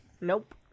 Nope